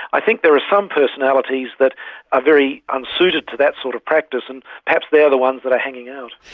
i think there are some personalities that are very unsuited to that sort of practice and perhaps they are the ones that are hanging out.